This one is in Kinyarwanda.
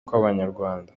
kw’abanyarwanda